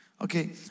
Okay